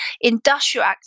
industrial